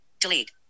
Delete